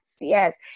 yes